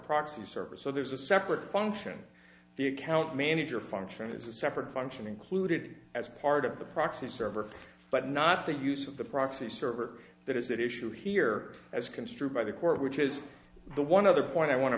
proxy server so there's a separate function the account manager function is a separate function included as part of the proxy server but not the use of the proxy server that is that issue here as construed by the court which is the one other point i want to